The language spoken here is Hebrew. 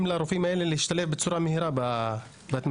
לרופאים האלה להשתלב בצורה מהירה בהתמחויות,